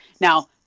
Now